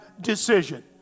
decision